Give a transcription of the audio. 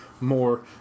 more